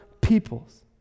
peoples